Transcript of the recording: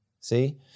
See